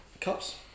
cups